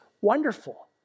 wonderful